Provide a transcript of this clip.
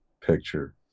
picture